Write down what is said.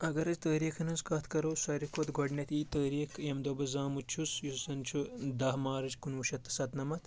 اگر أسۍ تٲریٖخَن ہٕنٛز کَتھ کَرو ساروی کھۄتہٕ گۄڈٕنیٚتھ یی تٲریٖخ ییٚمہِ دۄہ بہٕ زامُت چھُس یُس زَن چھُ دہ مارٕچ کُنوُہ شیٚتھ تہٕ سَتنَمَتھ